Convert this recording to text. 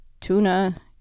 tuna